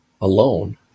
alone